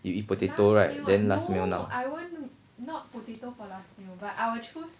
you eat potato right then last meal now